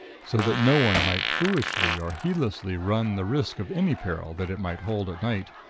so that no one might foolishly or heedlessly run the risk of any peril that it might hold at night,